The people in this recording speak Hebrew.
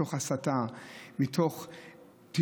מתוך הסתה,